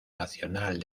nacional